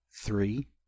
three